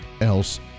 else